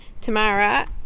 Tamara